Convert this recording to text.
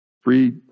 free